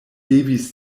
devis